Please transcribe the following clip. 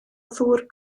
ddŵr